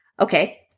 Okay